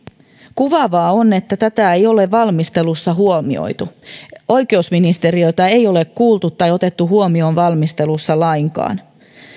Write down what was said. kuvaavaa on että tätä ei ole valmistelussa huomioitu oikeusministeriötä ei ole kuultu tai otettu huomioon valmistelussa lainkaan